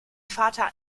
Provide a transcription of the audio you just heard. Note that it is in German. vater